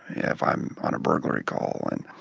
if i'm on a burglary call and